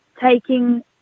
taking